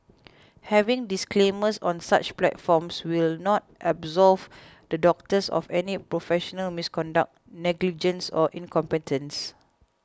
having disclaimers on such platforms will not absolve the doctors of any professional misconduct negligence or incompetence